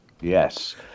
Yes